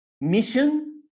mission